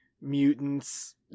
mutants